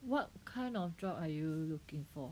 what kind of job are you looking for